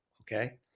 Okay